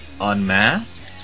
unmasked